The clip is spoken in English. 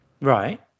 Right